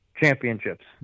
championships